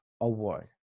Award